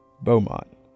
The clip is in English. Beaumont